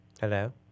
hello